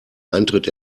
eintritt